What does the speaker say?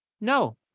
no